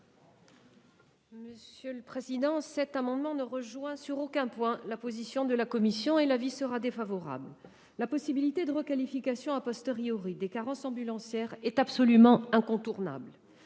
commission ? Cet amendement ne rejoint sur aucun point la position de la commission. L'avis est donc défavorable. La possibilité de requalification des carences ambulancières est absolument incontournable.